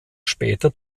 später